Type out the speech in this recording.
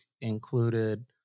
included